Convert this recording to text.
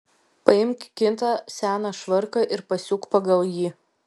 paimk kitą seną švarką ir pasiūk pagal jį